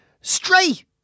straight